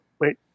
wait